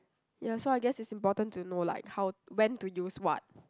ya so I guess it's important to know like how when to use what